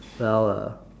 well uh